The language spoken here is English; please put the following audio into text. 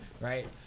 right